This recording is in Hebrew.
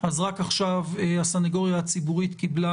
רק עכשיו הסנגוריה הציבורית קיבלה